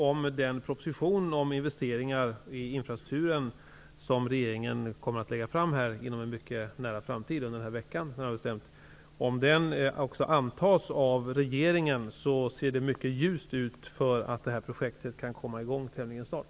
Om propositionen om investeringar i infrastruktur, som regeringen kommer att lägga fram under veckan, kommer att antas av riksdagen, ser det ljust ut för att projektet kan komma i gång tämligen snart.